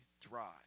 dry